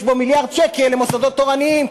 יש בו מיליארד שקל למוסדות תורניים,